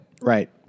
Right